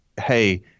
hey